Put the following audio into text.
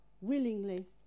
willingly